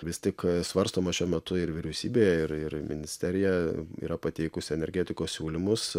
vis tik svarstoma šiuo metu ir vyriausybėje ir ir ministerijoje yra pateikusi energetikos siūlymus